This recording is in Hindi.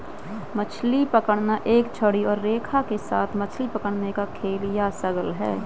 मछली पकड़ना एक छड़ी और रेखा के साथ मछली पकड़ने का खेल या शगल है